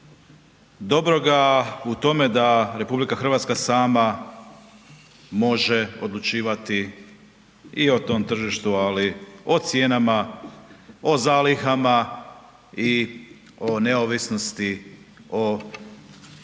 dobroga u tome da RH sama može odlučivati i o tom tržištu, ali o cijenama, o zalihama i o neovisnosti o nabavci